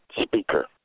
speaker